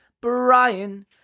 Brian